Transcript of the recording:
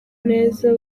neza